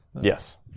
Yes